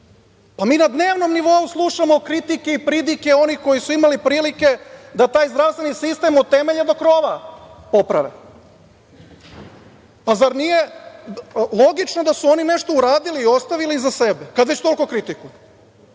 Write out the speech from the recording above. Mi na dnevnom nivou slušamo kritike i pridike onih koji su imali prilike da taj zdravstveni sistem od temelja do krova poprave. Zar nije logično da su oni nešto uradili i ostavili iza sebe, kad već toliko kritikuju?